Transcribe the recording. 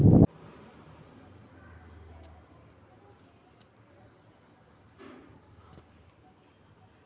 malaria cancer ಹ್ರೃದ್ರೋಗ ಮತ್ತ vitamin A ಕೊರತೆನ ಪಾಮ್ ಎಣ್ಣೆಯಿಂದ ತಡೇಬಹುದಾಗೇತಿ